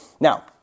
Now